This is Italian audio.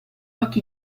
occhi